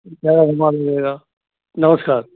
नमस्कार